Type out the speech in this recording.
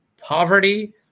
poverty